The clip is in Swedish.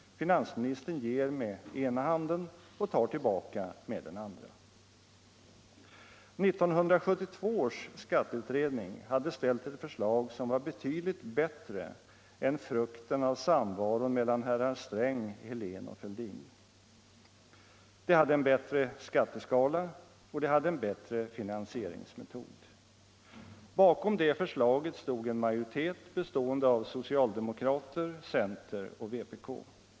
Finansminis tern ger med ena handen och tar tillbaka med den andra. 1972 års skatteutredning hade ställt ett förslag som var betydligt bättre än frukten av samvaron mellan herrar Sträng, Helén och Fälldin. Det hade en bättre skatteskala och det hade en bättre finansieringsmetod. Bakom det förslaget stod en majoritet bestående av socialdemokrater, center och vpk.